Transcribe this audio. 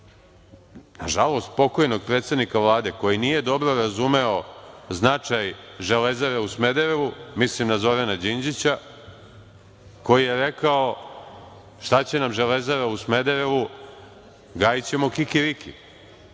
na žalost pokojnog predsednika Vlade koji nije dobro razumeo značaj Železare u Smederevu, mislim na Zorana Đinđića, koji je rekao šta će nam Železara u Smederevu, gajićemo kikiriki. To